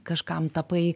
kažkam tapai